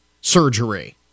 surgery